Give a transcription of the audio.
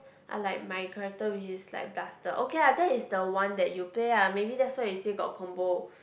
I like my character which is like duster okay lah that is the one that you pay ah maybe that's why you say got a combo